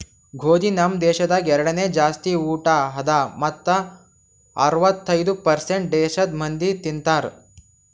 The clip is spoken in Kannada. ಗೋದಿ ನಮ್ ದೇಶದಾಗ್ ಎರಡನೇ ಜಾಸ್ತಿ ಊಟ ಅದಾ ಮತ್ತ ಅರ್ವತ್ತೈದು ಪರ್ಸೇಂಟ್ ದೇಶದ್ ಮಂದಿ ತಿಂತಾರ್